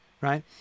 right